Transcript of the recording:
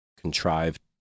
contrived